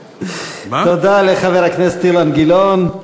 תודה לחבר הכנסת אילן גילאון.